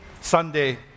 Sunday